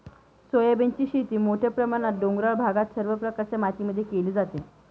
सोयाबीनची शेती मोठ्या प्रमाणात डोंगराळ भागात सर्व प्रकारच्या मातीमध्ये केली जाते